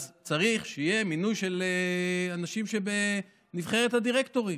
אז צריך שיהיה מינוי של אנשים שבנבחרת הדירקטורים.